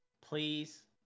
Please